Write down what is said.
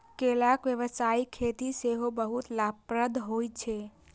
केलाक व्यावसायिक खेती सेहो बहुत लाभप्रद होइ छै